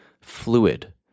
fluid